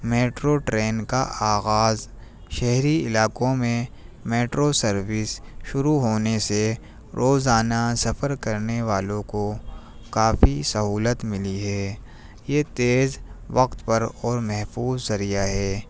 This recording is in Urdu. میٹرو ٹرین کا آغاز شہری علاقوں میں میٹرو سروس شروع ہونے سے روزانہ سفر کرنے والوں کو کافی سہولت ملی ہے یہ تیز وقت پر اور محفوظ ذریعہ ہے